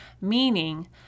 Meaning